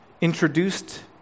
introduced